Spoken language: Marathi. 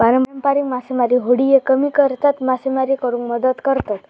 पारंपारिक मासेमारी होडिये कमी खर्चात मासेमारी करुक मदत करतत